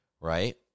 right